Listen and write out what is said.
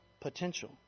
potential